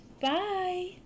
Bye